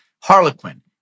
Harlequin